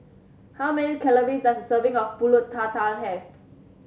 how many calories does a serving of Pulut Tatal have